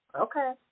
Okay